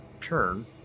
turn